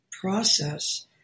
process